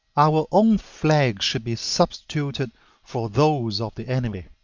our own flags should be substituted for those of the enemy,